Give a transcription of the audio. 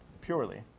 purely